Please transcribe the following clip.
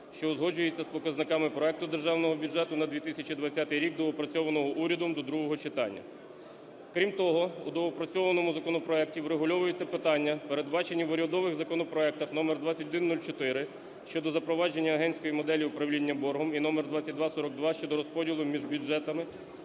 що узгоджується з показниками проекту Державного бюджету на 2020 рік, доопрацьованого урядом до другого читання. Крім того, у доопрацьованому законопроекті врегульовується питання, передбачені в урядових законопроектах №2104 – щодо запровадження агентської моделі управління боргом, і №2242 – щодо розподілу між бюджетами